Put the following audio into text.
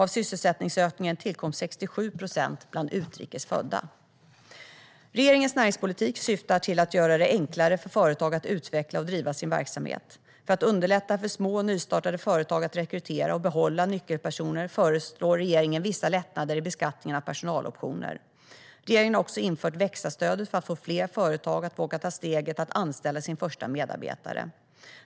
Av sysselsättningsökningen tillkom 67 procent bland utrikes födda. Regeringens näringspolitik syftar till att göra det enklare för företag att utveckla och driva sin verksamhet. För att underlätta för små, nystartade företag att rekrytera och behålla nyckelpersoner föreslår regeringen vissa lättnader i beskattningen av personaloptioner. Regeringen har också infört växa-stödet för att få fler företag att våga ta steget att anställa sin första medarbetare.